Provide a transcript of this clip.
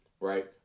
right